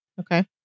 Okay